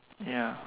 ya